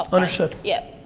ownership. yeah.